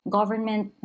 government